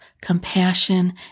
compassion